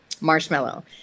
Marshmallow